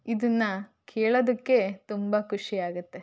ಇದನ್ನು ಕೇಳೋದಕ್ಕೆ ತುಂಬ ಖುಷಿ ಆಗತ್ತೆ